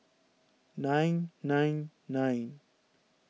nine nine nine